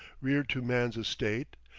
reared to man's estate,